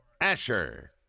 Asher